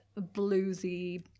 bluesy